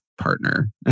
Partner